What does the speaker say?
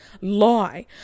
lie